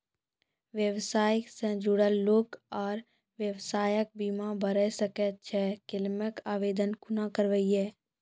व्यवसाय सॅ जुड़ल लोक आर व्यवसायक बीमा भऽ सकैत छै? क्लेमक आवेदन कुना करवै?